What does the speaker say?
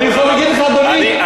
אני יכול להגיד לך, אדוני.